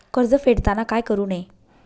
कर्ज फेडताना काय करु नये?